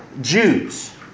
Jews